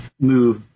move